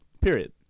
Period